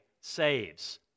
saves